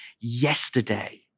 yesterday